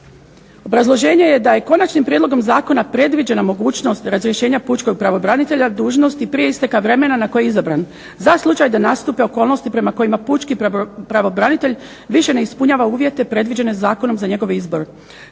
Obrazloženje je da je konačnim prijedlogom zakona predviđena mogućnost razrješenja pučkog pravobranitelja dužnosti prije isteka vremena na koji je izabran za slučaj da nastupe okolnosti prema kojima pučki pravobranitelj više ne ispunjava uvjete predviđene zakonom za njegov izbor